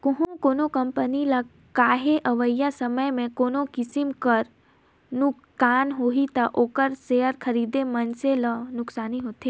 कहों कोनो कंपनी ल कहों अवइया समे में कोनो किसिम कर नोसकान होही ता ओकर सेयर खरीदे मइनसे ल नोसकानी होथे